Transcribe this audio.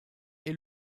est